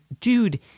Dude